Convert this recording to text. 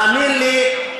תאמין לי,